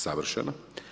Savršeno.